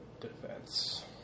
defense